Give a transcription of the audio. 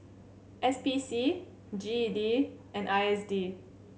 S P C G E D and I S D